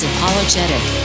Apologetic